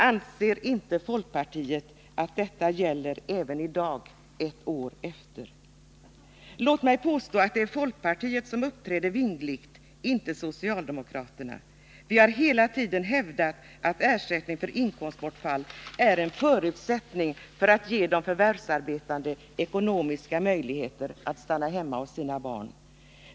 Anser inte folkpartiet att detta gäller även i dag, ett år senare? Låt mig påstå att det är folkpartiet som uppträder vingligt — inte socialdemokraterna! Vi har hela tiden hävdat att ersättning för inkomstbortfall är en förutsättning för att ge de förvärvsarbetande ekonomiska möjligheter att stanna hemma hos sina barn.